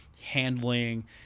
handling